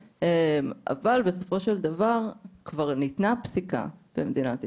אבל בסופו של דבר כבר ניתנה פסיקה במדינת ישראל,